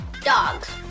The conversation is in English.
dogs